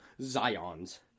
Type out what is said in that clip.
Zion's